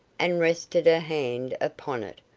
and rested her hand upon it,